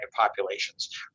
populations